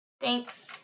Thanks